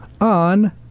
on